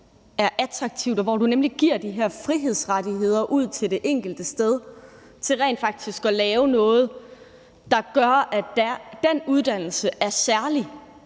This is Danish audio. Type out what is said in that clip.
er attraktivt, og hvor du giver de her frihedsrettigheder til det enkelte uddannelsessted til rent faktisk kan lave noget, der gør, at den uddannelse er særlig,